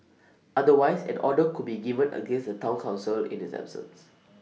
otherwise an order could be given against the Town Council in its absence